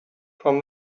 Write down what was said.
from